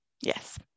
Yes